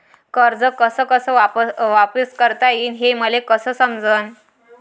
कर्ज कस कस वापिस करता येईन, हे मले कस समजनं?